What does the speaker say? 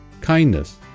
kindness